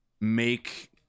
make